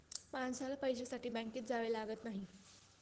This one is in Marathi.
माणसाला पैशासाठी बँकेत जावे लागत नाही